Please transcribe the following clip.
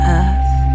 earth